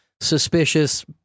Suspicious